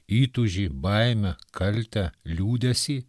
įtūžį baimę kaltę liūdesį